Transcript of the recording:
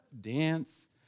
dance